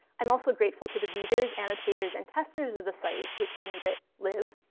i'm also grateful to the readers, annotators, and testers of the site, which have made it live,